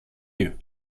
you